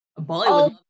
Bollywood